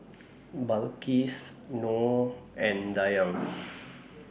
Balqis Nor and Dayang